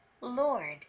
Lord